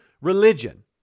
religion